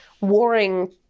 warring